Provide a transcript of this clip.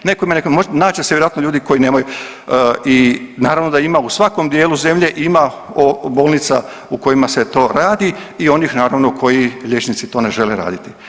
Nekome, .../nerazumljivo/... naći će se vjerojatno ljudi koji nemaju i naravno da ima u svakom dijelu zemlje i ima o bolnica u kojima se to radi i onih naravno, koji liječnici to ne žele raditi.